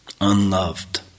unloved